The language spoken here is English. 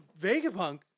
Vegapunk